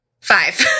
five